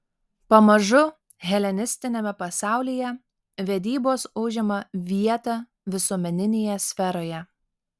pamažu helenistiniame pasaulyje vedybos užima vietą visuomeninėje sferoje